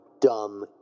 dumb